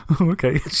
Okay